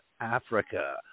Africa